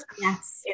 Yes